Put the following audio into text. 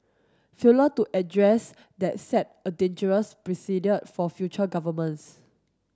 failure to address that set a dangerous precedent for future governments